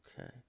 Okay